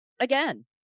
again